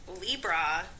Libra